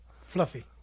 Fluffy